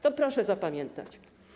To proszę zapamiętać.